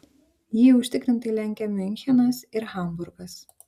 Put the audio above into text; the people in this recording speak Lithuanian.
jį užtikrintai lenkia miunchenas ir hamburgas